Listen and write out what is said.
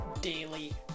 daily